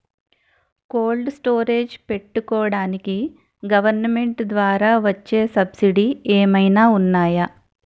Cold storage పెట్టుకోడానికి government ద్వారా వచ్చే సబ్సిడీ ఏమైనా ఉన్నాయా?